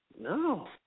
No